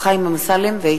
חיים אמסלם ואיתן